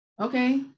okay